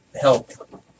help